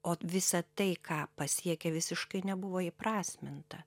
o visa tai ką pasiekė visiškai nebuvo įprasminta